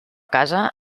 casa